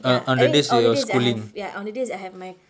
ya eh on the days that I have ya on the days that I have my